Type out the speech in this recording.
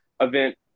event